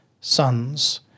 sons